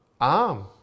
arm